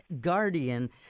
guardian